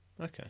Okay